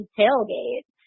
tailgate